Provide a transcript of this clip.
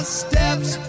steps